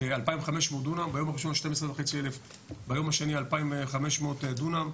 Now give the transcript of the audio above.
ביום הראשון 12,500 וביום השני 2,500 דונם.